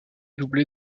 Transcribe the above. doublé